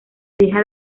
deja